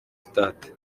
stade